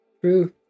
True